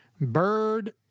Bird